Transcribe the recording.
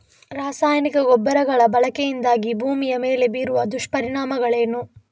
ರಾಸಾಯನಿಕ ಗೊಬ್ಬರಗಳ ಬಳಕೆಯಿಂದಾಗಿ ಭೂಮಿಯ ಮೇಲೆ ಬೀರುವ ದುಷ್ಪರಿಣಾಮಗಳೇನು?